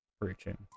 Preaching